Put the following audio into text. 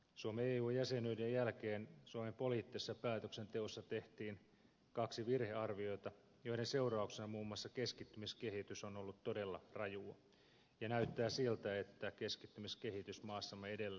suomen eu jäsenyyden jälkeen suomen poliittisessa päätöksenteossa tehtiin kaksi virhearviota joiden seurauksena muun muassa keskittymiskehitys on ollut todella rajua ja näyttää siltä että keskittymiskehitys maassamme edelleen jatkuu